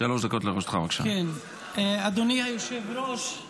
שירי, אינו נוכח, חבר הכנסת משה טור פז,